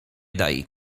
daj